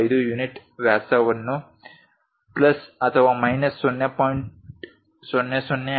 375 unit ವ್ಯಾಸವನ್ನು plus ಅಥವಾ minus 0